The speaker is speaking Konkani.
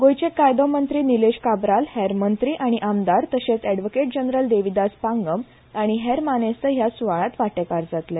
गोयचे कायदो मंत्री निलेश काब्राल हेर मंत्रीआनी आमदार तशेच ॲडवकेट जनरल देवीदास पांगम आनी हेर मानेस्त हया स्वाळ्यांत वाटेकार जातले